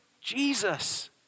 Jesus